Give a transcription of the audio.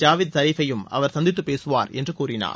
ஜாவித் ஐரீஃபையும் அவர் சந்தித்துப் பேசுவார் என்று கூறினார்